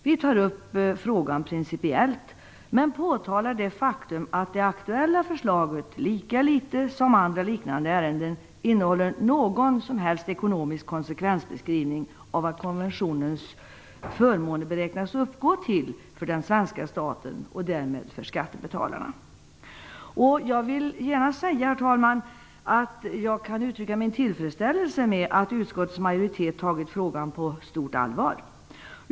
Vi tar upp frågan principiellt, men påtalar det faktum att det aktuella förslaget lika litet som andra liknande ärenden innehåller någon som helst ekonomisk konsekvensbeskrivning av vad konventionens förmåner beräknas uppgå till för den svenska staten och därmed för skattebetalarna. Jag vill gärna säga, herr talman, att jag kan uttrycka min tillfredsställelse med att utskottets majoritet tagit frågan på stort allvar.